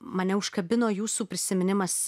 mane užkabino jūsų prisiminimas